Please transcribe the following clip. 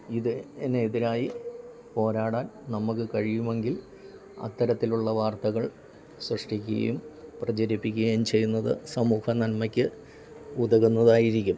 ഇത് എന്ന് എതിരായി പോരാടാൻ നമുക്ക് കഴിയും എങ്കിൽ അത്തരത്തിലുള്ള വാർത്തകൾ സൃഷ്ടിക്കുകയും പ്രചരിപ്പിക്ക്കേം ചെയ്യുന്നത് സമൂഹ നന്മയ്ക്ക് ഉതകുന്നതായിരിക്കും